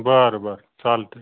बरं बरं चालत आहे